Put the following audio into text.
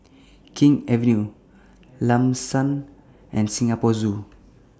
King's Avenue Lam San and Singapore Zoo